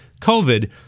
COVID